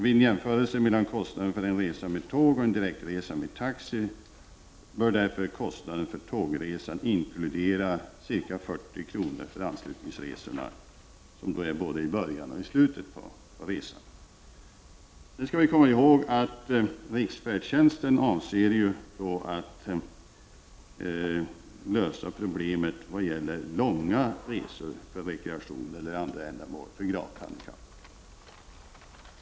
Vid en jämförelse mellan kostnaden för en resa med tåg och en direktresa med taxi bör därför kostnaden för tågresan inkludera ca 40 kr. för anslutningsresorna både i början och i slutet av resan. Sedan skall vi komma ihåg att riksfärdtjänsten avser att lösa problemen vad gäller långa resor för rekreation eller andra ändamål för gravt handikappade.